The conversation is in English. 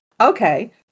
okay